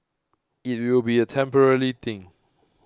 it will be a temporary thing